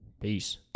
Peace